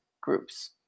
groups